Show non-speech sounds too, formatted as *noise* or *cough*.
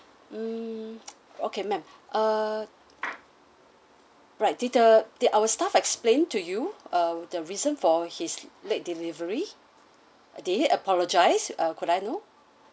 mm *noise* okay ma'am err right did the did our staff explain to you uh the reason for his late delivery uh did he apologise uh could I know